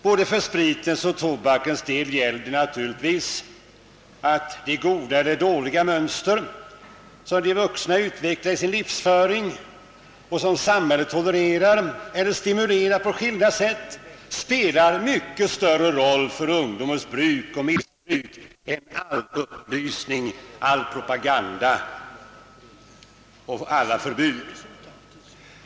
Både för spritens och tobakens del gäller det naturligtvis att det goda eller dåliga mönster, som de vuxna utvecklar i sin livsföring och som samhället tolererar eller på skilda sätt stimulerar, spelar en mycket större roll för ungdomens bruk eller missbruk än all upplysning, all propaganda och alla förbud.